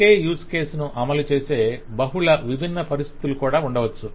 ఒకే use case ను అమలు చేసే బహుళ విభిన్న పరిస్థితులు కూడా ఉండవచ్చు